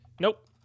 Nope